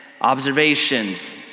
observations